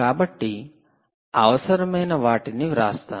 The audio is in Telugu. కాబట్టి అవసరమైన వాటిని వ్రాస్తాను